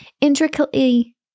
intricately